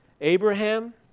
Abraham